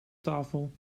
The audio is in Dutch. tafel